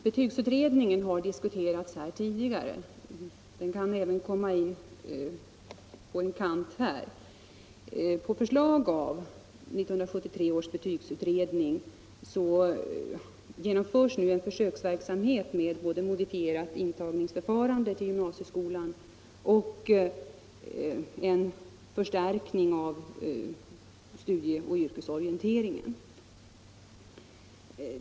Betygsutredningen har diskuterats tidigare, och den kan komma med på ett hörn även i detta sammanhang. På förslag av 1973 års betygsutredning genomförs nu en försöksverksamhet med både modifierat intagningsförfarande till gymnasieskolan och en förstärkning av studieoch yrkesorienteringen.